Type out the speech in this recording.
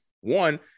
one